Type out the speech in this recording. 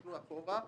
שנפלו אחורה,